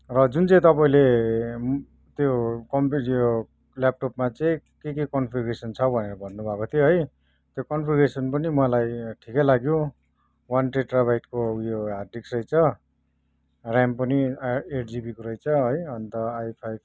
र जुन चाहिँ तपाईँले त्यो कम्फी ल्याटपमा चाहिँ के के कन्फ्युगरेसन छ भनेर भन्नु भएको थियो है त्यो कनफ्युगरेसन पनि मलाई ठिकै लाग्यो वान टेराबाइटको उयो हार्डडिक्स रहेछ र्याम पनि एट जिबीको रैछ है अन्त आई फाइभ